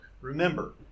Remember